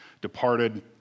departed